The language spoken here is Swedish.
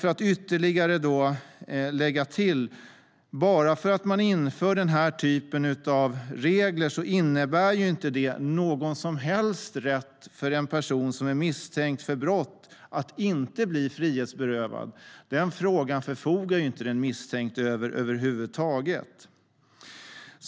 Jag vill tillägga att bara för att man inför den här typen av regler innebär det inte någon som helst rätt för en person som är misstänkt för brott att inte bli frihetsberövad. Den frågan förfogar inte den misstänkte över huvud taget över.